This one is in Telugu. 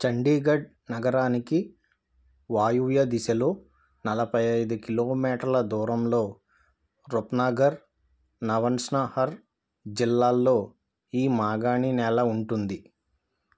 చండీగఢ్ నగరానికి వాయువ్య దిశలో నలభై ఐదు కిలోమీటర్ల దూరంలో రుప్నాగర్ నవన్ష్నహర్ జిల్లాల్లో ఈ మాగాణి నేల ఉంటుంది